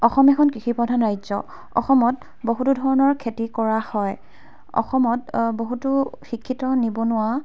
অসম এখন কৃষি প্ৰধান ৰাজ্য় অসমত বহুতো ধৰণৰ খেতি কৰা হয় অসমত বহুতো শিক্ষিত নিবনুৱা